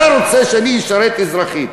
אתה רוצה שאני אשרת שירות אזרחי.